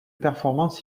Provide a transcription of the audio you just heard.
performance